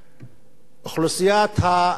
אוכלוסיית הסטודנטים,